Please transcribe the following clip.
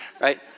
right